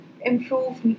improve